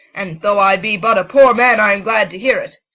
and though i be but a poor man, i am glad to hear it.